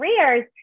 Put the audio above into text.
careers